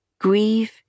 grieve